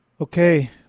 okay